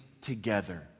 together